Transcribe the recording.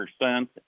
percent